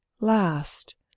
LAST